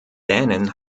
dänen